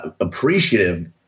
appreciative